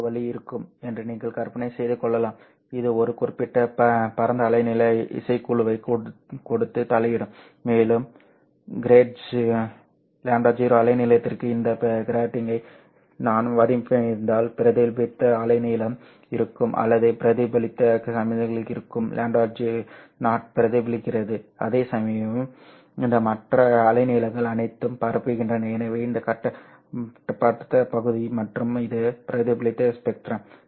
இன்னும் ஒரு வழி இருக்கும் என்று நீங்கள் கற்பனை செய்து கொள்ளலாம் இது ஒரு குறிப்பிட்ட பரந்த அலைநீள இசைக்குழுவைக் கொடுத்து தலையிடும் மேலும் λ0 அலைநீளத்திற்கு இந்த கிராட்டிங்கை நான் வடிவமைத்திருந்தால் பிரதிபலித்த அலை நீளம் இருக்கும் அல்லது பிரதிபலித்த சமிக்ஞை இருக்கும் λ0 பிரதிபலிக்கிறது அதேசமயம் இந்த மற்ற அலைநீளங்கள் அனைத்தும் பரவுகின்றன எனவே இது கடத்தப்பட்ட பகுதி மற்றும் இது பிரதிபலித்த ஸ்பெக்ட்ரம்